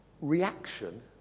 reaction